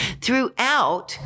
Throughout